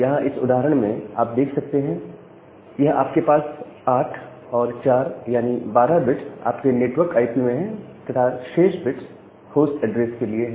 यहां इस उदाहरण में आप देख सकते हैं यह आपके पास 8 और 4 यानी 12 बिट्स आपके नेटवर्क आईपी में है तथा शेष बिट्स होस्ट ऐड्रेस के लिए हैं